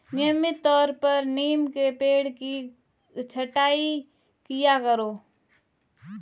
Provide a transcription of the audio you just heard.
नियमित तौर पर नीम के पेड़ की छटाई किया करो